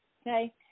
okay